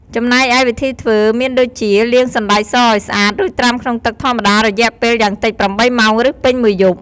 ចំំណែកឯវីធីធ្វើមានដូចជា លាងសណ្តែកសឱ្យស្អាត រួចត្រាំក្នុងទឹកធម្មតារយៈពេលយ៉ាងតិច ៨ ម៉ោង ឬពេញមួយយប់។